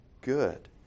good